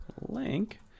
link